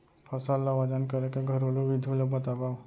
फसल ला वजन करे के घरेलू विधि ला बतावव?